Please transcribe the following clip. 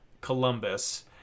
Columbus